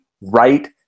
right